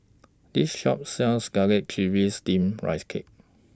This Shop sells Garlic Chives Steamed Rice Cake